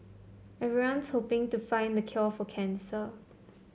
everyone's hoping to find the cure for cancer